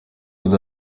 aba